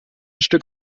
stück